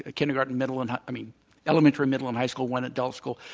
ah kindergarten, middle and i mean elementary, middle and high school, one adult school.